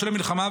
בשל המלחמה,